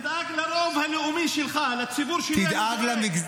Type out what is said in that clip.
תדאג לרוב הלאומי שלך, לציבור שלי אני דואג.